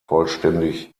vollständig